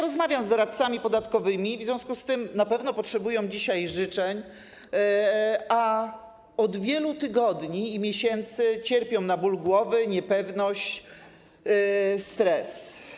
Rozmawiam z doradcami podatkowymi, w związku z tym wiem, że na pewno potrzebują dzisiaj życzeń, a od wielu tygodni i miesięcy cierpią z powodu bólu głowy, niepewności i stresu.